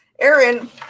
Aaron